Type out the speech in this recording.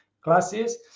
classes